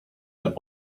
that